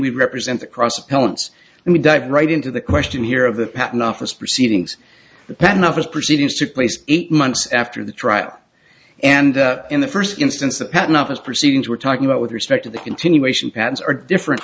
we represent across appellants and we dive right into the question here of the patent office proceedings the patent office proceedings took place eight months after the trial and in the first instance the patent office proceedings we're talking about with respect to the continuation patents are different